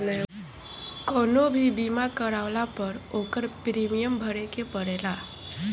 कवनो भी बीमा करवला पअ ओकर प्रीमियम भरे के पड़ेला